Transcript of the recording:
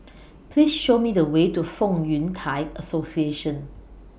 Please Show Me The Way to Fong Yun Thai Association